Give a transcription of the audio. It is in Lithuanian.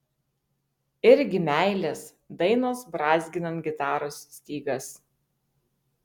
irgi meilės dainos brązginant gitaros stygas